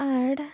ᱟᱲᱟᱜ